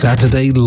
Saturday